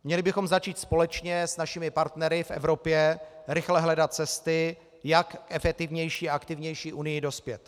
Měli bychom začít společně s našimi partnery v Evropě rychle hledat cesty, jak k efektivnější a aktivnější unii dospět.